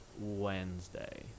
Wednesday